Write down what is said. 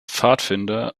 pfadfinder